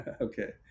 okay